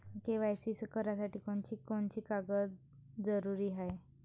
KYC करासाठी कोनची कोनची कागद जरुरी हाय?